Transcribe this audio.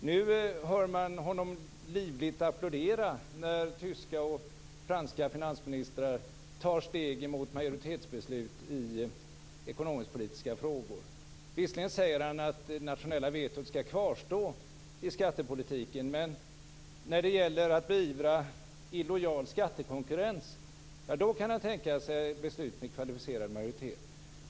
Nu hör man honom livligt applådera när tyska och franska finansministrar tar steg mot majoritetsbeslut i ekonomisk-politiska frågor. Visserligen säger han att det nationella vetot skall kvarstå i skattepolitiken, men när det gäller att beivra illojal skattekonkurrens kan han tänka sig beslut med kvalificerad majoritet.